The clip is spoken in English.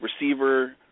receiver